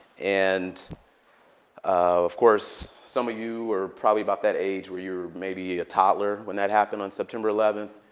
and of course, some of you are probably about that age where you were maybe a toddler when that happened on september eleventh.